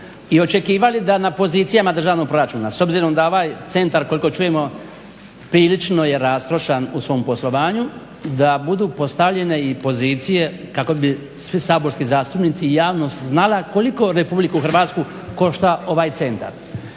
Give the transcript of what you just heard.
i očekivali da na pozicijama državnog proračuna s obzirom da ovaj centar koliko čujemo prilično je rastrošan u svom poslovanju da budu postavljene i pozicije kako bi svi saborski zastupnici i javnost znala koliko RH košta ovaj centar.